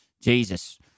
Jesus